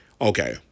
okay